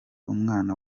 umwana